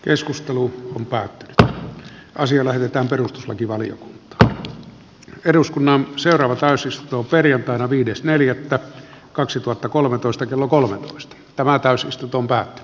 keskustelu on päättynyt ja asia lähetetään perustuslakivaliokuntaan eduskunnan seuraava täysistunto perjantaina viides neljättä kaksituhattakolmetoista kello kolmetoista tämä täysistuntompää